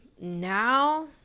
now